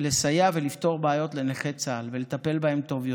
לסייע ולפתור בעיות לנכי צה"ל ולטפל בהם טוב יותר.